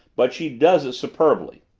but she does it superbly!